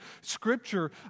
Scripture